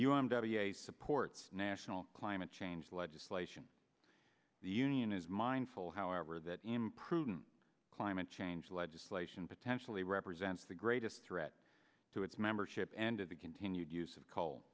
us supports national climate change legislation the union is mindful however that imprudent climate change legislation potentially represents the greatest threat to its membership and of the continued use of coal